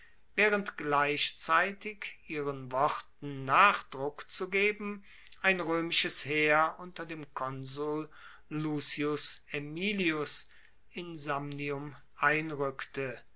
waehrend gleichzeitig ihren worten nachdruck zu geben ein roemisches heer unter dem konsul lucius aemilius in samnium einrueckte